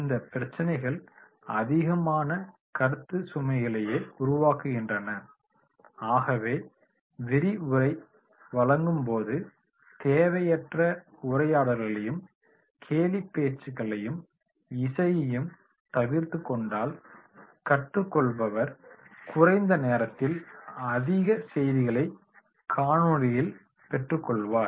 இந்த பிரச்சினைகள் அதிகமான கருத்துச்சுமைகளாலே உருவாக்கப்படுகின்றன ஆகவே விரிவுரை வழங்கும் போது தேவையற்ற உரையாடல்களையும் கேலிப் பேச்சுக்களையும் இசையையும் தவிர்த்துக் கொண்டால் கற்றுக் கொள்பவர் குறைந்த நேரத்தில் அதிக செய்திகளைக் காணொளியில் பெற்றுக் கொள்வார்